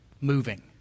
moving